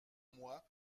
moi